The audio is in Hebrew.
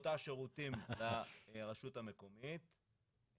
הערות נוספות שיש לי הן לגבי הפיקוח והבקרה.